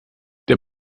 der